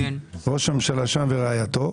ראש הממשלה שם ורעייתו,